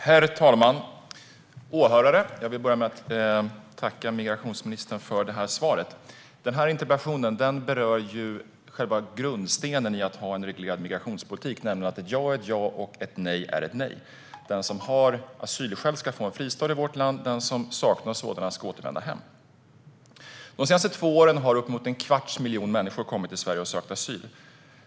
Herr talman! Åhörare! Jag vill börja med att tacka migrationsministern för svaret. Denna interpellation berör själva grundstenen i att ha en reglerad migrationspolitik, nämligen att ett ja är ett ja och ett nej ett nej. Den som har asylskäl ska få en fristad i vårt land, och den som saknar sådana skäl ska återvända hem. De senaste två åren har uppemot en kvarts miljon människor kommit till Sverige och sökt asyl.